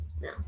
no